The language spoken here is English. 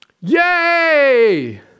yay